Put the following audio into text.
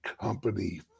Company